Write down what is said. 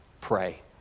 pray